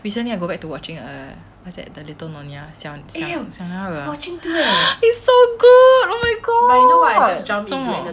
recently I go back to watching err what's that the little nyonya 小小小娘惹 it's so good oh my god 做什么